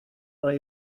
are